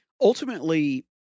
ultimately